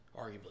arguably